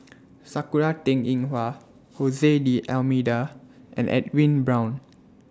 Sakura Teng Ying Hua Jose D'almeida and Edwin Brown